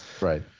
Right